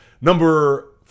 number